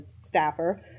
staffer